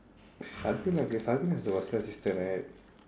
is your sister right